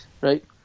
Right